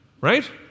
right